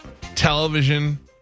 television